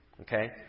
Okay